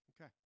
Okay